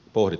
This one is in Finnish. pori